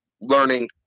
learning